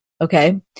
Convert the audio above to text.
Okay